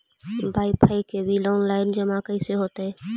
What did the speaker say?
Wifi के bill online जमा कैसे होतै?